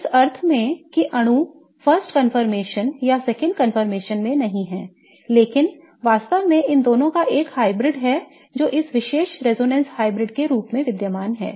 इस अर्थ में कि अणु first conformation या second conformation में नहीं है लेकिन वास्तव में इन दोनों का एक हाइब्रिड है जो इस विशेष रेजोनेंस हाइब्रिड के रूप में विद्यमान है